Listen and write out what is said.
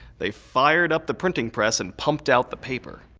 they fired up the printing press and pumped out the paper.